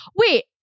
Wait